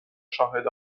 شاهد